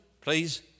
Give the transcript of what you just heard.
please